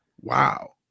Wow